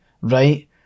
right